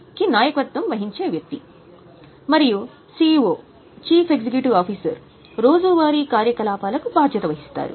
నాయకత్వం వహించే వ్యక్తి మరియు సిఇఒ చీఫ్ ఎగ్జిక్యూటివ్ ఆఫీసర్ రోజువారీ కార్యకలాపాలకు బాధ్యత వహిస్తారు